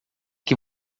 que